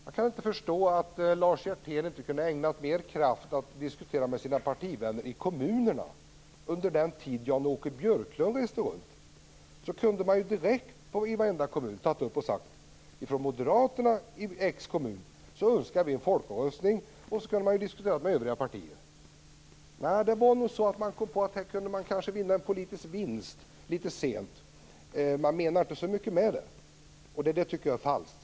Jag kan inte förstå att Lars Hjertén inte kunde ägna mer kraft åt att diskutera med sina partivänner i kommunerna under den tid Jan-Åke Björklund reste runt. Då hade moderaterna direkt i varje kommun kunnat säga att de önskade en folkomröstning, och så hade de kunnat diskutera med övriga partier. Det var nog så att man kom på att man kanske kunde göra en politisk vinst. Det var litet sent. Man menar inte så mycket med det, och det tycker jag är falskt.